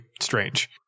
strange